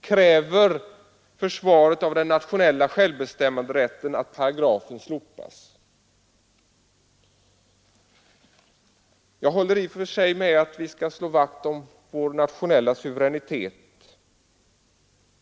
Kräver försvaret av den nationella självbestämmanderätten att paragrafen slopas? Jag håller i och för sig med om att vi skall slå vakt om vår nationella suveränitet.